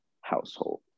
household